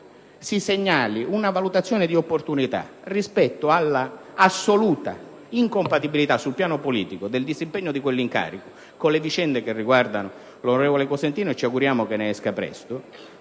di suggerire una valutazione di opportunità in merito all'assoluta incompatibilità, sul piano politico, dello svolgimento di quell'incarico con le vicende che riguardano l'onorevole Cosentino (che ci auguriamo venga fuori presto